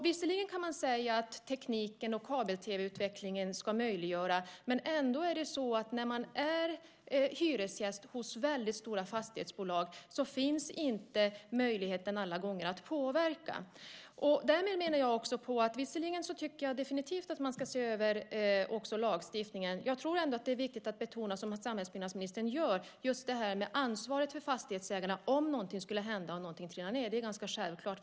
Visserligen kan man säga att tekniken och kabel-tv-utvecklingen ska göra det möjligt. Men som hyresgäst hos ett stort fastighetsbolag finns ändå inte möjligheten alla gånger att påverka. Visserligen tycker jag definitivt att man ska se över lagstiftningen. Men det är också viktigt att betona, som samhällsbyggnadsministern gör, just fastighetsägarens ansvar om något skulle hända, om något skulle trilla ned. Det är ganska självklart.